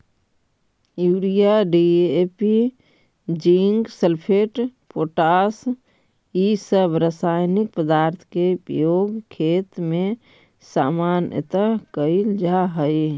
urea, DAP, zinc sulphate, potash इ सब रसायनिक पदार्थ के उपयोग खेत में सामान्यतः कईल जा हई